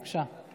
בבקשה.